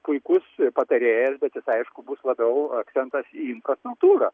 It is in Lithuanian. puikus patarėjas bet jis aišku bus labiau akcentas į infrastruktūrą